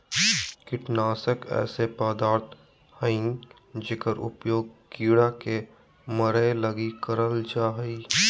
कीटनाशक ऐसे पदार्थ हइंय जेकर उपयोग कीड़ा के मरैय लगी करल जा हइ